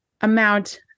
amount